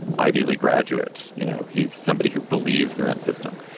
ivy league graduate. you know, he's somebody who believed in that system.